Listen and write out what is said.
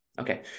Okay